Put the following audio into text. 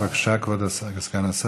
בבקשה, כבוד סגן השר.